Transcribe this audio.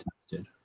tested